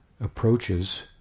approaches